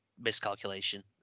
miscalculation